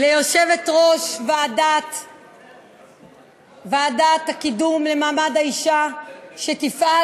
ליושבת-ראש הוועדה לקידום מעמד האישה שתפעל